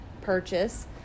purchase